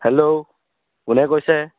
hello কোনে কৈছে